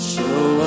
Show